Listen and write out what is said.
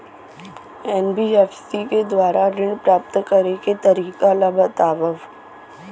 NBFC के दुवारा ऋण प्राप्त करे के तरीका ल बतावव?